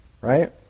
right